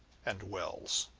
and wells.